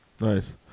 nice